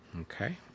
Okay